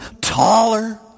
taller